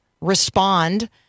respond